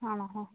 ആണോ ആ